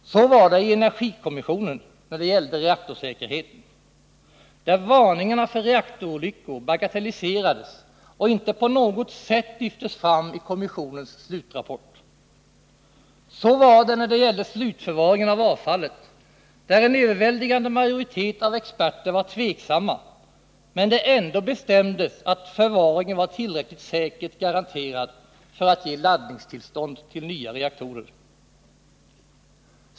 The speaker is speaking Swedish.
Så var det i energikommissionen när det gällde reaktorsäkerheten, där varningarna för reaktorolyckor bagatelliserades och inte på något sätt lyftes fram i kommissionens slutrapport. Så var det när det gällde slutförvaringen av avfallet, där en överväldigande majoritet av experter var tveksamma, men det ändå bestämdes att förvaringen var tillräckligt säkert garanterad för att ge laddningstillstånd för nya reaktorer.